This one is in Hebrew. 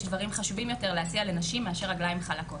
דברים שיותר חשובים להציע לנשים מאשר רגליים חלקות.